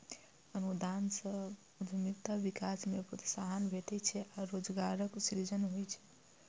अनुदान सं उद्यमिता विकास कें प्रोत्साहन भेटै छै आ रोजगारक सृजन होइ छै